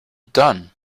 done